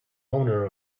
owner